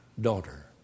Daughter